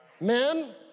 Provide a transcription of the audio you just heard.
men